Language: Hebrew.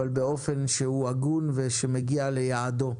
אבל באופן הגון ושמגיע ליעדו.